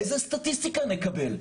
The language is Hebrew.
איזה סטטיסטיקה נקבל?